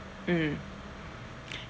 mm